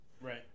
Right